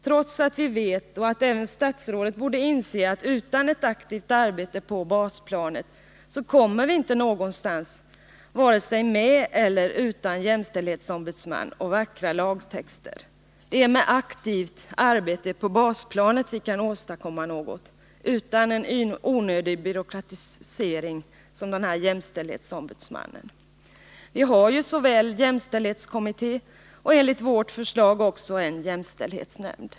Men vi vet ju — och det borde även statsrådet inse — att utan ett aktivt arbete på basplanet kommer vi inte någonstans vare sig med eller utan jämställdhetsombudsman och vackra lagtexter. Det är med aktivt arbete på basplanet vi kan åstadkomma något, utan en sådan onödig byråkratisering som det skulle bli med denna jämställdhetsombudsman. Vi har ju jämställdhetskommittén och enligt vårt förslag också en jämställdhetsnämnd.